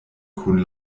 kun